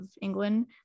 England